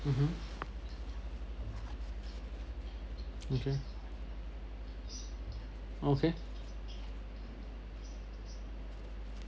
mm mm okay okay